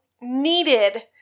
needed